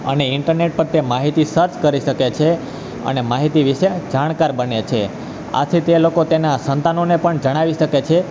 અને ઈન્ટરનેટ પર તે માહિતી સર્ચ કરી શકે છે અને માહિતી વિશે જાણકારી બને છે આથી તે લોકો તેના સંતાનોને પણ જણાવી શકે છે